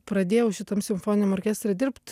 pradėjau šitam simfoniniam orkestre dirbt